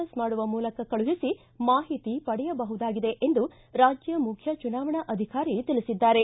S ಮಾಡುವ ಮೂಲಕ ಕಳುಹಿಸಿ ಮಾಹಿತಿ ಪಡೆಯಬಹುದಾಗಿದೆ ಎಂದು ರಾಜ್ಯ ಮುಖ್ಯ ಚುನಾವಣಾ ಅಧಿಕಾರಿ ತಿಳಿಸಿದ್ದಾರೆ